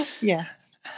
Yes